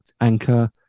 Anchor